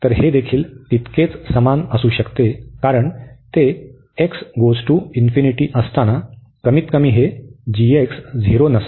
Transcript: तर हे देखील तितकेच समान असू शकते कारण ते x →∞ असताना कमीतकमी हे झिरो नसावे